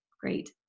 Great